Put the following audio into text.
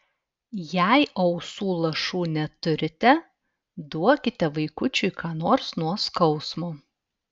jei ausų lašų neturite duokite vaikučiui ką nors nuo skausmo